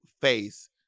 face